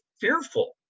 fearful